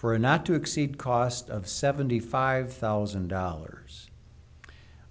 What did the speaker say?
for a not to exceed cost of seventy five thousand dollars